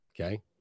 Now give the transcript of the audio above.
Okay